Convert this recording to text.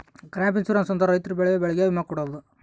crop insurance ಅಂದ್ರೆ ರೈತರು ಬೆಳೆಯೋ ಬೆಳೆಗೆ ವಿಮೆ ಕೊಡೋದು